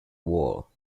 wall